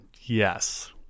yes